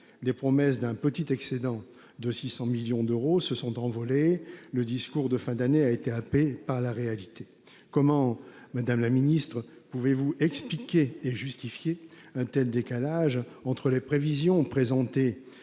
Les promesses d'un petit excédent de 600 millions d'euros se sont envolées, le discours de la fin de l'année a été happé par la réalité. Comment, madame la ministre, pouvez-vous expliquer et justifier un tel décalage entre les prévisions présentées